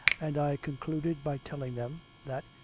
and i concluded by telling them, that,